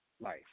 Life